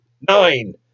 Nine